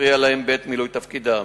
הפריע להם בעת מילוי תפקידם.